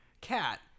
cat